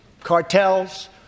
cartels